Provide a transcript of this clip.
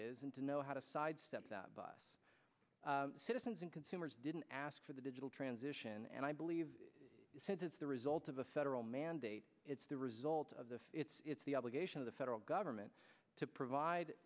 is and to know how to sidestep that by citizens and consumers didn't ask for the digital transition and i believe you said it's the result of a federal mandate it's the result of the it's the obligation of the federal government to provide